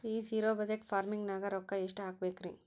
ಈ zero budget farming ನಾಗ್ ರೊಕ್ಕ ಎಷ್ಟು ಹಾಕಬೇಕರಿ?